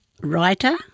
writer